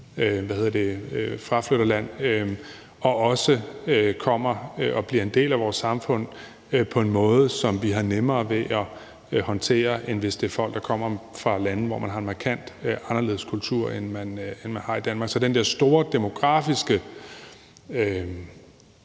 fraflytterland, og også kommer og bliver en del af vores samfund på en måde, som vi har nemmere ved at håndtere, end hvis det er folk, der kommer fra lande, hvor man har en markant anderledes kultur, end man har i Danmark. Så det der store demografiske